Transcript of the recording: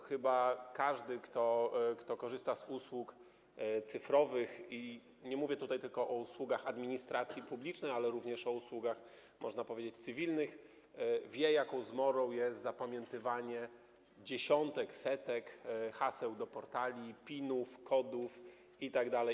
Chyba każdy, kto korzysta z usług cyfrowych - nie mówię tutaj tylko o usługach administracji publicznej, ale również o usługach, można powiedzieć, cywilnych - wie, jaką zmorą jest zapamiętywanie dziesiątek, setek haseł do portali, PIN-ów, kodów itd.